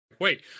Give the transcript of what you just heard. Wait